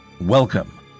Welcome